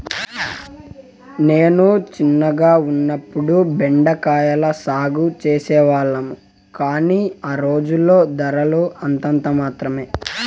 నేను చిన్నగా ఉన్నప్పుడు బెండ కాయల సాగు చేసే వాళ్లము, కానీ ఆ రోజుల్లో ధరలు అంతంత మాత్రమె